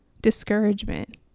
discouragement